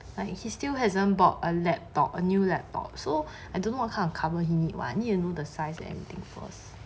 and he's still hasn't bought a laptop a new laptop so I don't know what kind of cover he need [one] you need to know the size and anything first